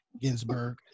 Ginsburg